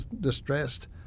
distressed